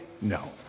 No